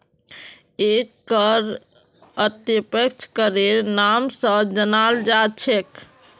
एक कर अप्रत्यक्ष करेर नाम स जानाल जा छेक